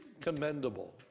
commendable